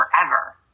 forever